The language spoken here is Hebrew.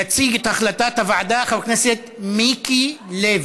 יציג את הצעת הוועדה, חבר הכנסת מיקי לוי.